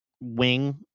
wing